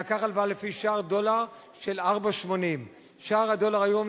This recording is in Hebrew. לקח הלוואה לפי שער דולר של 4.80. שער הדולר היום,